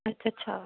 ਅੱਛਾ ਅੱਛਾ